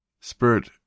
Spirit